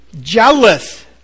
Jealous